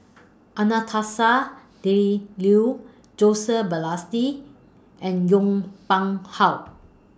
Anastasia Tjendri Liew Joseph Balestier and Yong Pung How